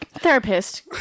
therapist